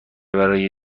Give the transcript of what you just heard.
برای